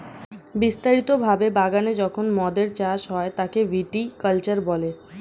বিস্তারিত ভাবে বাগানে যখন মদের চাষ হয় তাকে ভিটি কালচার বলে